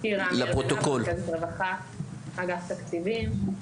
רכזת רווחה באגף התקציבים.